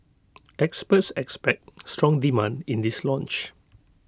experts expect strong demand in this launch